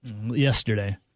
yesterday